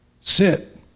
sit